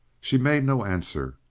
she made no answer.